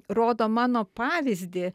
rodo mano pavyzdį